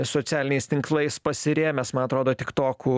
socialiniais tinklais pasirėmęs man atrodo tik toku